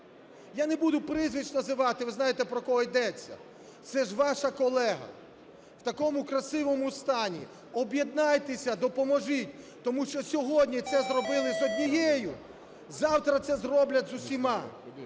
Я не буду прізвищ називати, ви знаєте, про кого йдеться, це ж ваша колега в такому красивому стані. Об'єднайтеся, допоможіть, тому що сьогодні це зробили з однією, завтра це зроблять з усіма,